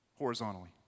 horizontally